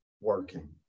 working